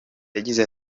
yagize